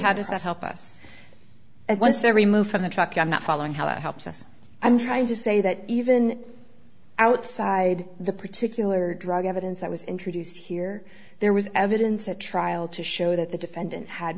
how does that help us and once they're removed from the truck i'm not following how that helps us i'm trying to say that even outside the particular drug evidence that was introduced here there was evidence at trial to show that the defendant had